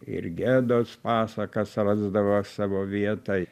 ir gedos pasakos rasdavo savo vietą